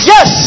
Yes